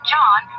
John